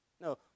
No